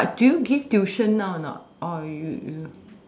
but do you give tuition now or not or you you